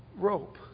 rope